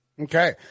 Okay